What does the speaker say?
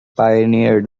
pioneered